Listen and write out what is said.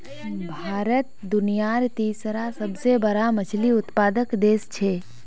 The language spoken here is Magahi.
भारत दुनियार तीसरा सबसे बड़ा मछली उत्पादक देश छे